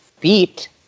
beat